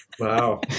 Wow